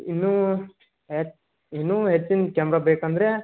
ಇನ್ನೂ ಅಟ್ ಇನ್ನೂ ಹೆಚ್ಚಿನ ಕ್ಯಾಮ್ರ ಬೇಕೆಂದ್ರೆ